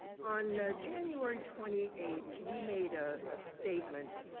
on january twenty eighth you made ah a statement,